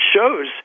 shows